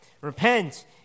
repent